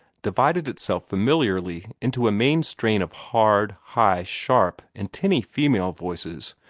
divided itself familiarly into a main strain of hard, high, sharp, and tinny female voices,